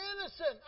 innocent